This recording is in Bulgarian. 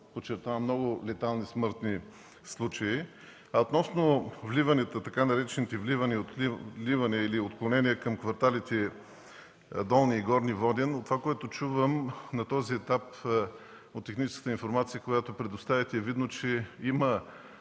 подчертавам много летални, смъртни случая. Относно така наречените вливания или отклонения към кварталите Долни и Горни Воден, от това, което чувам, от техническата информация, която предоставяте, е видно, че има